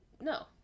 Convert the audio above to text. No